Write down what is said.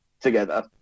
together